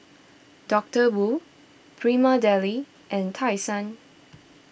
Doctor Wu Prima Deli and Tai Sun